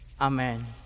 Amen